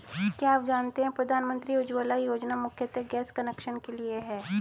क्या आप जानते है प्रधानमंत्री उज्ज्वला योजना मुख्यतः गैस कनेक्शन के लिए है?